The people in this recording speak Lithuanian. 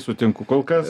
sutinku kol kas